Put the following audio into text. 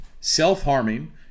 self-harming